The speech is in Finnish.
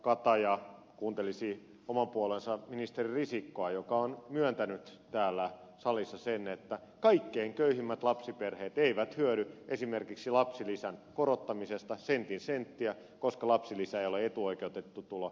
kataja kuuntelisi oman puolueensa ministeri risikkoa joka on myöntänyt täällä salissa sen että kaikkein köyhimmät lapsiperheet eivät hyödy esimerkiksi lapsilisän korottamisesta sentin senttiä koska lapsilisä ei ole etuoikeutettu tulo